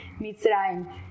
Mitzrayim